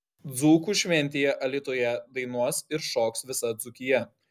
dzūkų šventėje alytuje dainuos ir šoks visa dzūkija